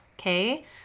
okay